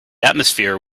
atmosphere